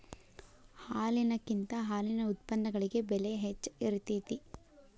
ಹಾಲಿನಕಿಂತ ಹಾಲಿನ ಉತ್ಪನ್ನಗಳಿಗೆ ಬೆಲೆ ಹೆಚ್ಚ ಇರತೆತಿ